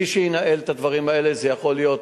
מי שינהל את הדברים האלה זה יכול להיות